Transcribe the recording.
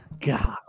God